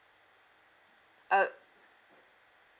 uh